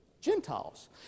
Gentiles